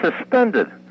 suspended